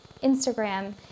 Instagram